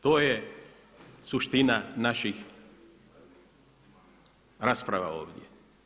To je suština naših rasprava ovdje.